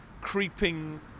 creeping